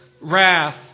wrath